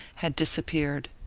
had disappeared.